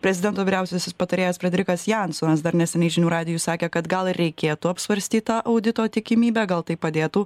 prezidento vyriausiasis patarėjas frederikas jansonas dar neseniai žinių radijui sakė kad gal reikėtų apsvarstyt tą audito tikimybę gal tai padėtų